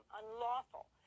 unlawful